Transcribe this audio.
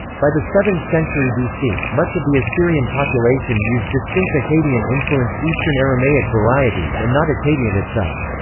by the seventh century bc, much of the assyrian population used distinct akkadian-influenced eastern aramaic varieties and not akkadian itself.